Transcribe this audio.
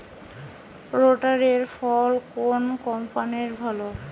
রোটারের ফল কোন কম্পানির ভালো?